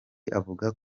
avuga